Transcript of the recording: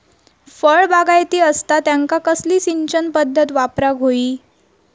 फळबागायती असता त्यांका कसली सिंचन पदधत वापराक होई?